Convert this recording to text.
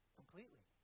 completely